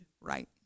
right